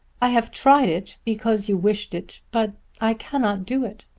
i have tried it, because you wished it, but i cannot do it.